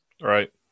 Right